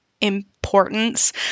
importance